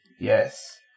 yes